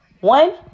One